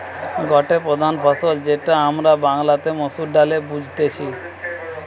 গটে প্রধান ফসল যেটা আমরা বাংলাতে মসুর ডালে বুঝতেছি